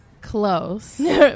Close